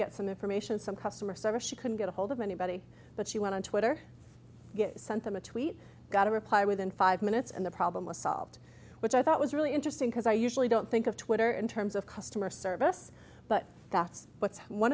get some information some customer service she couldn't get ahold of anybody but she went on twitter sent them a tweet got a reply within five minutes and the problem was solved which i thought was really interesting because i usually don't think of twitter in terms of customer service but that's